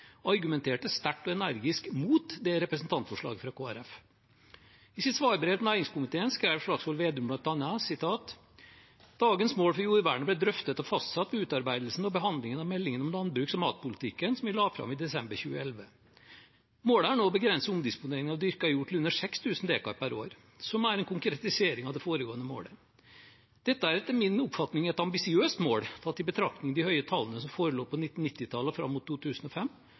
I sitt svarbrev til næringskomiteen skrev Slagsvold Vedum bl.a.: «Dagens mål for jordvernet ble drøftet og fastsatt ved utarbeidelsen og behandlingen av meldingen om landbruks- og matpolitikken, som vi la fram i desember 2011. Målet er nå å begrense omdisponeringen av dyrka jord til under 6 000 dekar per år, som er en konkretisering av det foregående målet. Dette er etter min oppfatning et ambisiøst mål, tatt i betraktning de høye tallene som forelå på 1990-tallet og fram mot 2005,